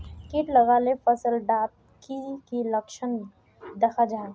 किट लगाले फसल डात की की लक्षण दखा जहा?